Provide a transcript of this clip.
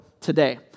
today